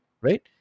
Right